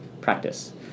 practice